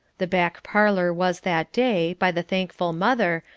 the back parlour was that day, by the thankful mother,